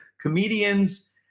comedians